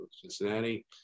Cincinnati